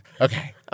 Okay